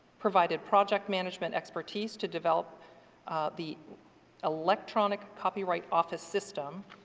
provided project manager expertise to develop the electronic copyright office system,